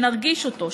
שנרגיש אותו,